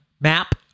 map